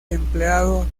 empleado